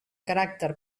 caràcter